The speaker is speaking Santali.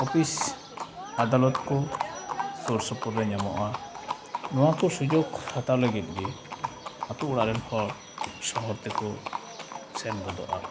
ᱚᱯᱤᱥᱼᱟᱫᱟᱞᱚᱛ ᱠᱚ ᱥᱩᱨᱥᱩᱯᱩᱨ ᱨᱮ ᱧᱟᱢᱚᱜᱼᱟ ᱱᱚᱣᱟᱠᱚ ᱥᱩᱡᱳᱜᱽ ᱦᱟᱛᱟᱣ ᱞᱟᱹᱜᱤᱫᱜᱮ ᱟᱛᱳ ᱚᱲᱟᱜᱨᱮᱱ ᱦᱚᱲ ᱥᱚᱦᱚᱨᱛᱮ ᱠᱚ ᱥᱮᱱ ᱜᱚᱫᱚᱜᱼᱟ